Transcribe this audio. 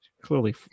clearly